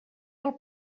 del